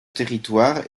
territoire